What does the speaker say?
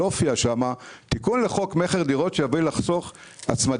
ולא הופיע שם תיקון לחוק המכר (דירות) שבא לחסוך הצמדה.